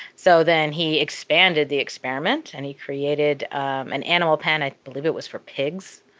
so then, he expanded the experiment and he created an animal pen, i believe it was for pigs,